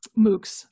MOOCs